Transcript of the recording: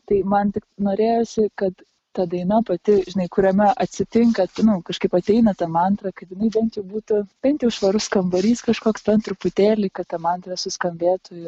tai man tik norėjosi kad ta daina pati žinai kuriame atsitinka nu kažkaip ateina ta mantra kad jinai bent jau būtų bent jau švarus kambarys kažkoks ten truputėlį kad ta mantra suskambėtų ir